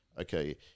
Okay